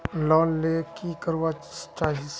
Loan ले की करवा चाहीस?